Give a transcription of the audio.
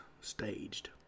staged